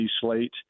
slate